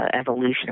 evolution